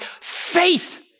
faith